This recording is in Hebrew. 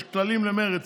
יש כללים למרצ.